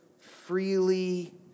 freely